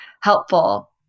helpful